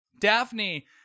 Daphne